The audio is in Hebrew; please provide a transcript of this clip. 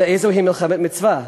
ואיזו היא מלחמת מצווה?